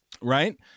right